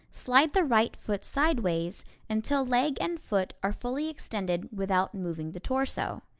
slide the right foot sideways until leg and foot are fully extended without moving the torso.